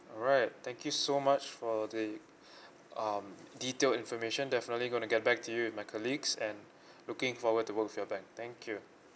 alright thank you so much for the um detailed information definitely gonna get back to you with my colleagues and looking forward to work with your bank thank you